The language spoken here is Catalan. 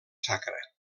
sacra